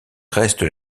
reste